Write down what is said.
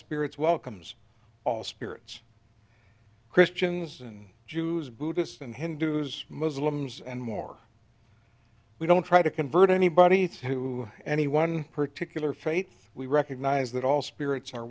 spirits welcomes all spirits christians and jews buddhists and hindus muslims and more we don't try to convert anybody to any one particular faith we recognise that all spirits are